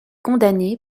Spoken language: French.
condamné